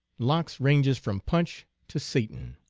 lox ranges from punch to satan,